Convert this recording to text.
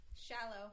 Shallow